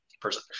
person